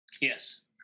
yes